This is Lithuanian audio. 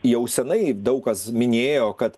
jau senai daug kas minėjo kad